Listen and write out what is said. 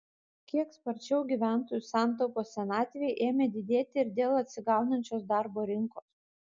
kiek sparčiau gyventojų santaupos senatvei ėmė didėti ir dėl atsigaunančios darbo rinkos